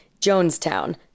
Jonestown